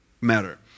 matter